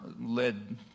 led